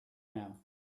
now